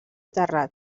terrat